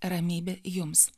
ramybė jums